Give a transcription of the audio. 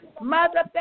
Mother